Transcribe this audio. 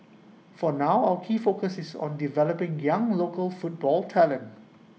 for now our key focus is on developing young local football talent